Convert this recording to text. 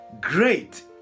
Great